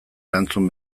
erantzun